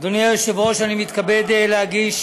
אדוני היושב-ראש, אני מתכבד להגיש